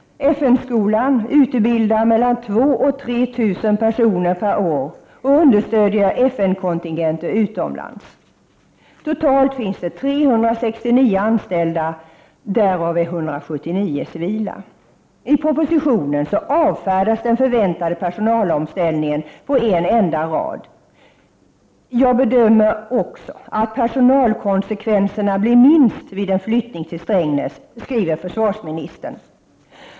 FN-skolan utbildar mellan 2 000 och 3 000 personer per år och understödjer FN-kontingenter utomlands. Totalt finns det 369 anställda, varav 179 är civila. I propositionen avfärdas den förväntade personalomställningen på en enda rad. ”Jag bedömer också att personalkonsekvenserna blir minst vid en flyttning till Strängnäs”, skriver försvarsministern.